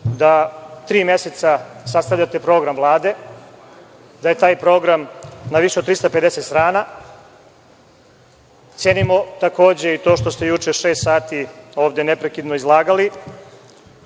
da tri meseca sastavljate program Vlade, da je taj program na više od 350 strana. Cenimo takođe i to što ste juče šest sati ovde neprekidno izlagali.